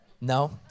No